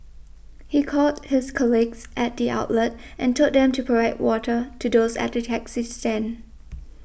he called his colleagues at the outlet and told them to provide water to those at the taxi stand